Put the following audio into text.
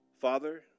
Father